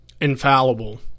infallible